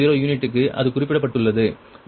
0 யூனிட்டுக்கு அது குறிப்பிடப்பட்டுள்ளது